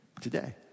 Today